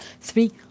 Three